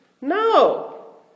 No